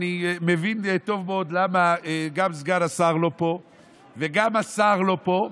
אני מבין טוב מאוד למה גם סגן השר לא פה וגם השר לא פה.